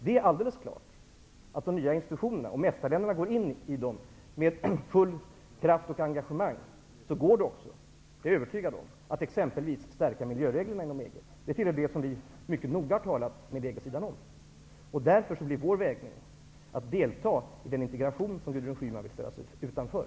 Det är alldeles klart att om EFTA länderna går in i de nya institutionerna med full kraft och engagemang, går det också -- det är jag övertygad om -- att exempelvis stärka miljöreglerna inom EG. Detta tillhör det som vi mycket noga har talat med EG-sidan om. Därför leder vår vägning till att vi skall delta i den integration som Gudrun Schyman vill ställa sig utanför.